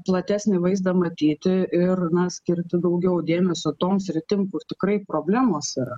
platesnį vaizdą matyti ir na skirti daugiau dėmesio tom sritim kur tikrai problemos yra